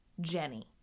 Jenny